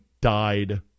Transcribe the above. died